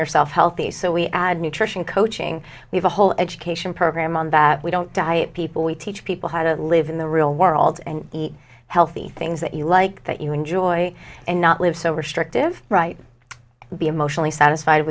yourself healthy so we add nutrition coaching we've a whole education program on that we don't diet people we teach people how to live in the real world and eat healthy things that you like that you enjoy and not live so restrictive right be emotionally satisfied